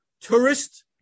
tourist